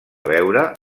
veure